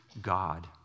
God